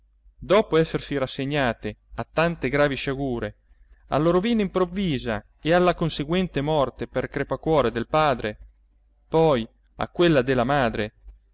dopo essersi rassegnate a tante gravi sciagure alla rovina improvvisa e alla conseguente morte per crepacuore del padre poi a quella della madre